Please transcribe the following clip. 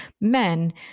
men